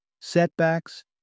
setbacks